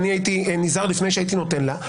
אני הייתי נזהר לפני הייתי נותן לה.